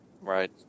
right